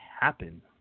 happen